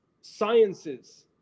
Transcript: sciences